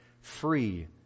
free